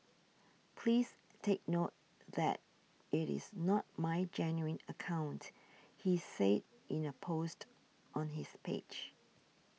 please take note that it is not my genuine account he said in a post on his page